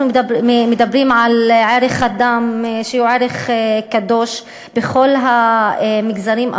אנחנו מדברים על ערך אדם שהוא ערך קדוש בכל המגזרים.